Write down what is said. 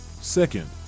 Second